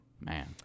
Man